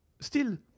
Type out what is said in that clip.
Still